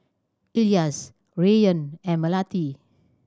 Elyas Rayyan and Melati